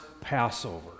Passover